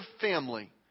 family